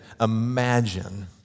imagine